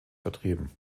vertrieben